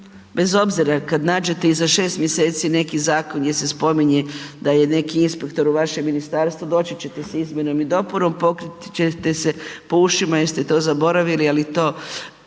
bez obzira kada nađete i za 6 mjeseci neki zakon gdje se spominje da je neki inspektor u vašem ministarstvu doći ćete sa izmjenom i dopunom, pokriti ćete se po ušima jer ste to zaboravili ali morate